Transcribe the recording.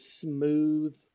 smooth